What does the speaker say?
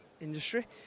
Industry